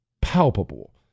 palpable